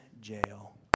jail